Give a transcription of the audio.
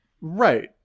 Right